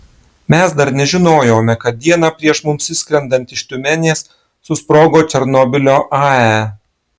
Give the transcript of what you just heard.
mes dar nežinojome kad dieną prieš mums išskrendant iš tiumenės susprogo černobylio ae